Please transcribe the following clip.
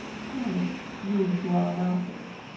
tell me, you who are an artist,